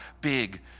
big